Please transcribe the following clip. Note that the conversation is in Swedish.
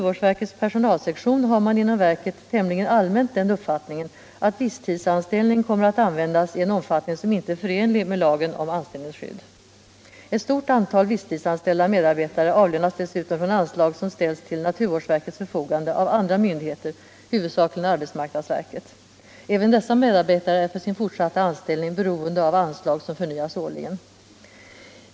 Visstidsanställning synes alltså ha kommit att användas i en omfattning som inte avsetts med lagen om anställningsskydd. Ett antal visstidsanställda medarbetare avlönas dessutom från anslag som ställts till naturvårdsverkets förfogande av andra myndigheter, huvudsakligen arbetsmarknadsverket. Även dessa medarbetare är för sin fortsatta anställning beroende av anslag som förnyas årligen.